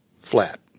flat